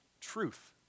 truth